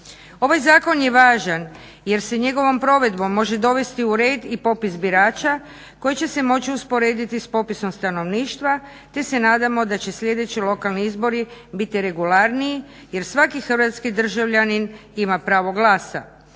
Ovaj zakon je važan jer se njegovom provedbom može dovesti u red i popis birača koji će se moći usporediti s popisom stanovništva te se nadamo da će sljedeći lokalni izbori biti regularniji jer svaki hrvatski državljanin ima pravo glasa.